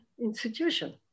institution